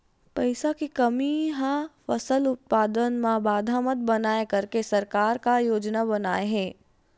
पईसा के कमी हा फसल उत्पादन मा बाधा मत बनाए करके सरकार का योजना बनाए हे?